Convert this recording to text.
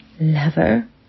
lover